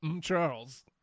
Charles